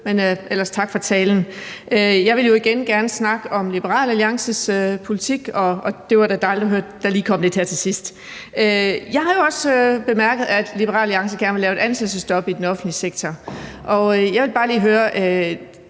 jeg sige tak for talen. Jeg vil igen gerne snakke om Liberal Alliances politik, og det var da dejligt at høre, at der lige kom lidt her til sidst. Jeg har også bemærket, at Liberal Alliance gerne vil lave et ansættelsesstop i den offentlige sektor, og vi får jo nærmest